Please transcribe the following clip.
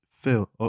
Phil